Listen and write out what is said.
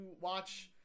watch